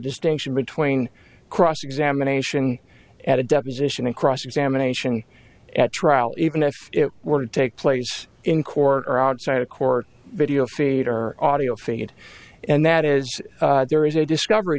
distinction between cross examination at a deposition and cross examination at trial even if it were to take place in court or outside a court video feed or audio feed and that is there is a discover